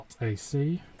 .ac